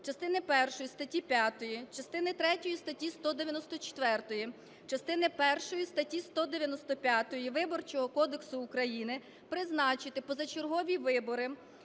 частини першої статті 5, частини третьої статті 194, частини першої статті 195 Виборчого кодексу України призначити позачергові вибори